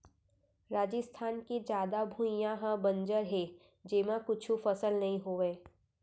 राजिस्थान के जादा भुइयां ह बंजर हे जेमा कुछु फसल नइ होवय